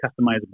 customizable